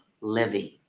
living